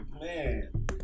man